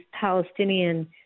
Palestinian